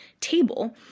table